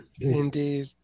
indeed